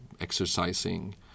exercising